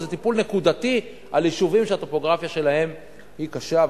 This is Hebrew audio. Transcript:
אבל זה טיפול נקודתי על יישובים שהטופוגרפיה שלהם היא קשה,